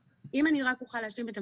אם אני אוכל רק להשלים את המשפט.